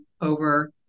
over